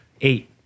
Eight